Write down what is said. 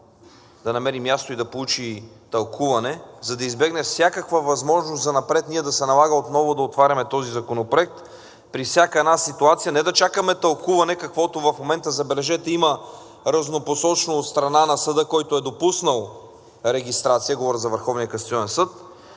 да намери място и да получи тълкуване, за да избегнем всякаква възможност занапред да се налага ние отново да отваряме този законопроект при всяка една ситуация. Не да чакаме тълкуване, каквото в момента, забележете, има разнопосочно от страна на съда, който е допуснал регистрация, говоря за